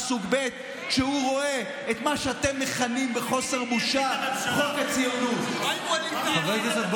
סוג ב' כשהוא רואה את מה שאתם מכנים בחוסר בושה "חוק הציונות" מה